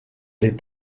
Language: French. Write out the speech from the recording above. les